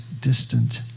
distant